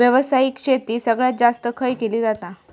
व्यावसायिक शेती सगळ्यात जास्त खय केली जाता?